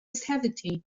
suavity